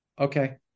Okay